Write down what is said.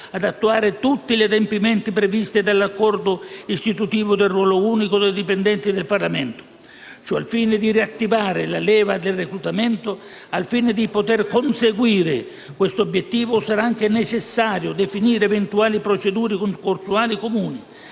ad attuare tutti gli adempimenti previsti dall'accordo istitutivo del ruolo unico dei dipendenti del Parlamento, ciò al fine di riattivare la leva del reclutamento. Al fine di poter conseguire quest'obiettivo, sarà anche necessario definire eventuali procedure concorsuali comuni.